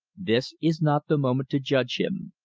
this is not the moment to judge him.